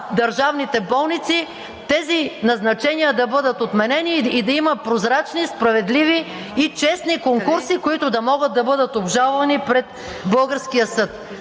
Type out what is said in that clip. държавните болници, тези назначения да бъдат отменени и да има прозрачни, справедливи и честни конкурси, които да могат да бъдат обжалвани пред българския съд.